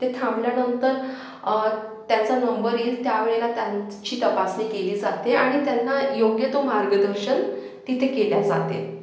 ते थांबल्यानंतर तर त्यांचा नंबर येईल त्यावेळेला त्यांची तपासणी केली जाते आणि त्यांना योग्य तो मार्गदर्शन तिथे केले जाते